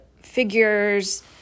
figures